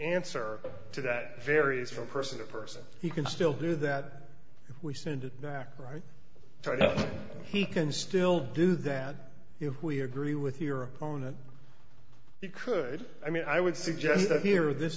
answer to that varies from person to person he can still do that we send it back right he can still do that if we agree with your opponent he could i mean i would suggest here this